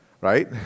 right